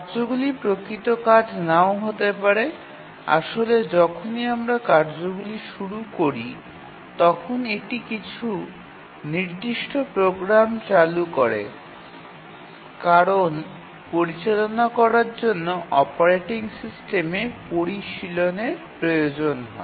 কার্যগুলি প্রকৃত কাজ নাও হতে পারে আসলে যখনই আমরা কার্যগুলি শুরু করি তখন এটি কিছু নির্দিষ্ট প্রোগ্রাম চালু করে কারণ পরিচালনা করার জন্য অপারেটিং সিস্টেমে পরিশীলনের প্রয়োজন হয়